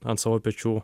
ant savo pečių